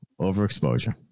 overexposure